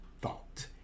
Thought